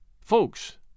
Folks